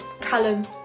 Callum